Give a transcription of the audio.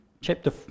Chapter